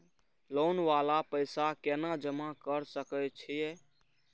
Loan वाला पैसा केना जमा कर सके छीये?